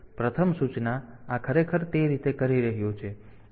તેથી પ્રથમ સૂચના આ ખરેખર તે કરી રહ્યું છે